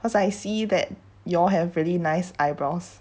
cause I see that y'all have really nice eyebrows